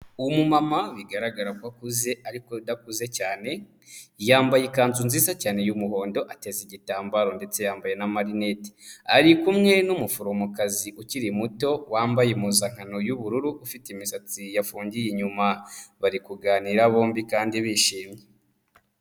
Umumama bigaragara ko akuze ariko udakuze cyane yambaye ikanzu nziza cyane y'umuhondo ateza igitambaro ndetse yambaye n'amarinete ari kumwe n'umuforomokazi ukiri muto wambaye impuzankano y'ubururu ufite imisatsi yafungiye inyuma, bari kuganira bombi kandi bishimye.